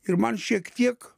ir man šiek tiek